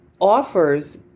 offers